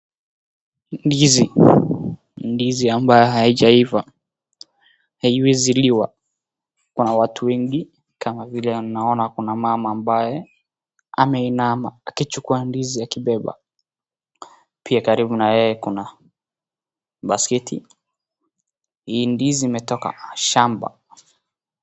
Ndizi, ndizi ambayo hajaiva haiwezi liwa. Kuna watu wengi kama vile naona kuna mama ambaye ameinama akichukua ndizi akibeba. Pia karibu na yeye kuna basketi. Hii ndizi imetoka shamba.